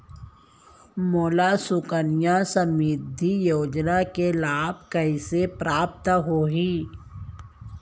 मोला सुकन्या समृद्धि योजना के लाभ कइसे प्राप्त होही?